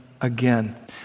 Again